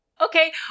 Okay